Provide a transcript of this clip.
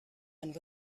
and